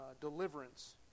deliverance